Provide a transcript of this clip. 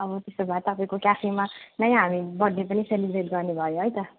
अब त्यसो भए तपाईँको क्याफेमा नै हामी बर्थडे पनि सेलिब्रेट गर्ने भयो है त